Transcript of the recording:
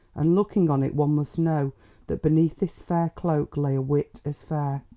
and looking on it one must know that beneath this fair cloak lay a wit as fair.